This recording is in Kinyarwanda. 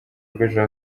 rw’ejo